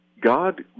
God